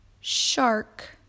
Shark